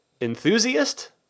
enthusiast